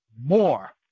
more